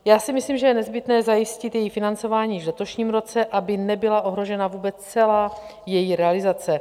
Já si myslím, že je potřeba zajistit její financování již v letošním roce, aby nebyla ohrožena vůbec celá její realizace.